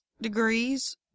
degrees